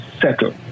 settle